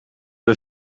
een